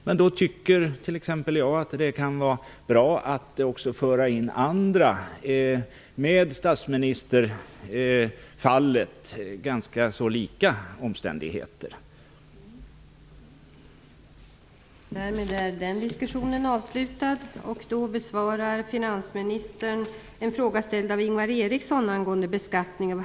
Men då tycker t.ex. jag att det kan vara bra att också föra in andra grupper, vars situation har likheter med statsministerfallet.